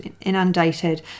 inundated